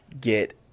get